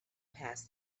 past